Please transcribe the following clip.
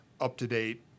up-to-date